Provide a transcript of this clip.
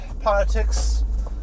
politics